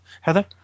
Heather